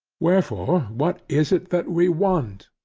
wherefore, what is it that we want?